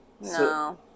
no